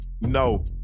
No